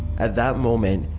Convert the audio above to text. at that moment,